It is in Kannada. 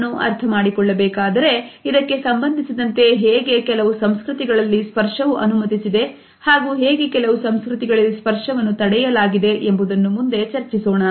ಇದನ್ನು ಅರ್ಥಮಾಡಿಕೊಳ್ಳಬೇಕಾದರೆ ಇದಕ್ಕೆ ಸಂಬಂಧಿಸಿದಂತೆ ಹೇಗೆ ಕೆಲವು ಸಂಸ್ಕೃತಿಗಳಲ್ಲಿ ಸ್ಪರ್ಶವು ಅನುಮತಿಸಿದೆ ಹಾಗೂ ಹೇಗೆ ಕೆಲವು ಸಂಸ್ಕೃತಿಗಳಲ್ಲಿ ಸ್ಪರ್ಶವನ್ನು ತಡೆಯಲಾಗಿದೆ ಎಂಬುದನ್ನು ಮುಂದೆ ಚರ್ಚಿಸೋಣ